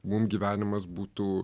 mum gyvenimas būtų